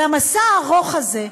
והמסע הארוך הזה,